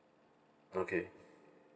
okay